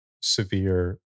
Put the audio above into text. severe